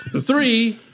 Three